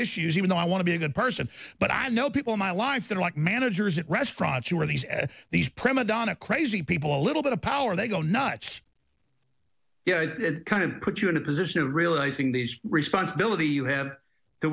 issues even though i want to be a good person but i know people in my life that are like managers at restaurants who are these and these prima donna crazy people a little bit of power they go nuts yeah i kind of put you in a position of realizing the responsibility you have t